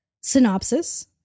Synopsis